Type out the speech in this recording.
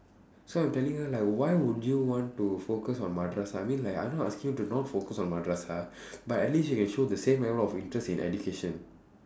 so I am telling her like why would you want to focus on madrasah I mean like I not asking you to not focus on madrasah but at least you can show the same level of interest in education